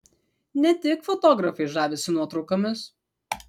ne tik fotografai žavisi nuotraukomis